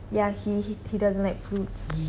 ya he he he doesn't like fruits